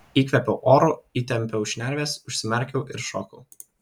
įkvėpiau oro įtempiau šnerves užsimerkiau ir šokau